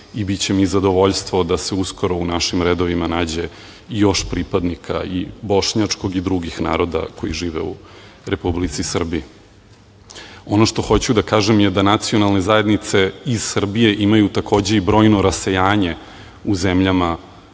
i biće mi zadovoljstvo da se uskoro u našim redovima nađe još pripadnika i bošnjačkog i drugih naroda koji žive u Republici Srbiji. Ono što hoću da kažem je da nacionalne zajednice iz Srbije imaju, takođe, i brojno rasejanje u zemljama regiona